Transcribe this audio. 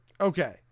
Okay